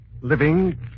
Living